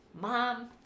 mom